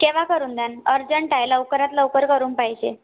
केव्हा करून द्यान अर्जंट आहे लवकरात लवकर करून पाहिजे